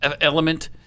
element